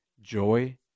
joy